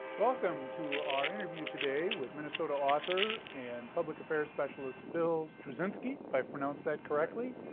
welcome to our interview today with minnesota author and public affairs specialist bill strusinski, if i've pronounced that correctly.